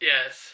Yes